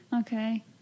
okay